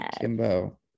Kimbo